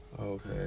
Okay